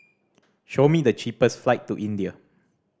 show me the cheapest flight to India